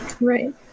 Right